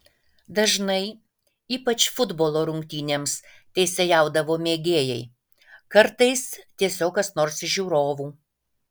dažnai ypač futbolo rungtynėms teisėjaudavo mėgėjai kartais tiesiog kas nors iš žiūrovų